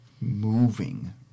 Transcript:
moving